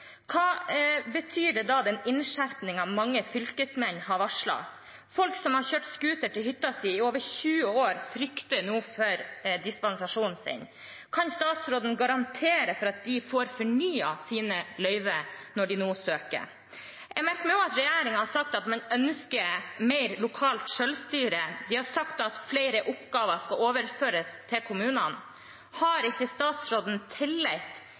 Hva betyr da den innskjerpingen mange fylkesmenn har varslet? Folk som har kjørt scooter til hytta si i over 20 år, frykter nå for dispensasjonen sin. Kan statsråden garantere at de får fornyet sine løyver når de søker? Jeg merker meg også at regjeringen har sagt at man ønsker mer lokalt selvstyre. De har sagt at flere oppgaver skal overføres til kommunene. Har ikke statsråden tillit